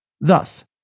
Thus